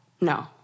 No